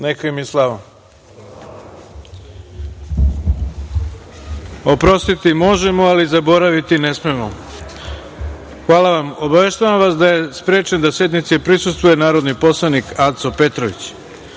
im je slava. Oprostiti možemo, ali zaboraviti ne smemo. Hvala vam. Obaveštavam vas da je sprečen da sednici prisustvuje narodni poslanik Aco